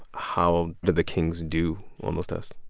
how did the kings do on those tests?